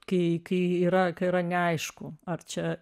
kai kai yra kai yra neaišku ar čia